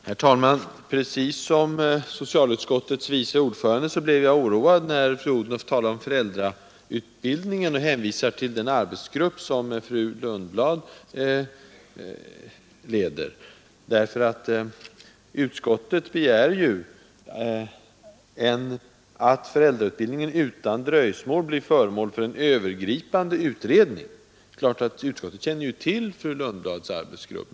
Herr talman! Precis som socialutskottets vice ordförande blev jag oroad när fru Odhnoff talade om föräldrautbildningen och hänvisade till den arbetsgrupp som fru Lundblad leder. Utskottet begär att föräldrautbildningen utan dröjsmål skall bli föremål för en övergripande utredning. Det är klart att utskottet känner till fru Lundblads arbetsgrupp.